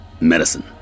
Medicine